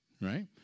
right